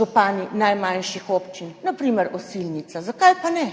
župani najmanjših občin, na primer Osilnice. Zakaj pa ne!